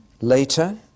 Later